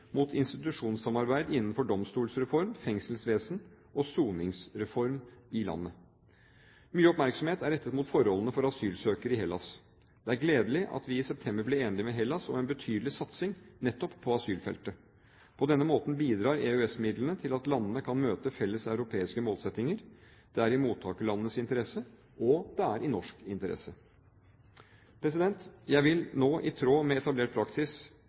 mot institusjonssamarbeid innenfor domstolsreform, fengselsvesen og soningsreform i landet. Mye oppmerksomhet er rettet mot forholdene for asylsøkere i Hellas. Det er gledelig at vi i september ble enige med Hellas om en betydelig satsning nettopp på asylfeltet. På denne måten bidrar EØS-midlene til at landene kan møte felles europeiske målsettinger. Det er i mottakerlandenes interesse, og det er i norsk interesse. Jeg vil nå i tråd med etablert praksis